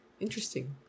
Interesting